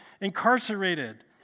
incarcerated